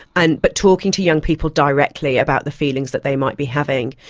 and but talking to young people directly about the feelings that they might be having.